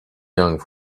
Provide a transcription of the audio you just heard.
young